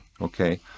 okay